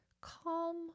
calm